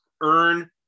earn